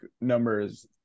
numbers